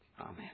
Amen